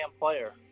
player